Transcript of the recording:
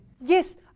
Yes